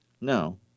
No